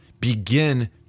begin